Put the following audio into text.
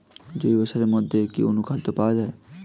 জৈব সারের মধ্যে কি অনুখাদ্য পাওয়া যায়?